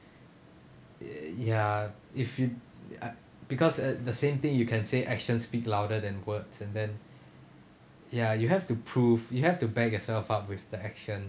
ya if you ah because at the same thing you can say actions speak louder than words and then ya you have to prove you have to back yourself up with the action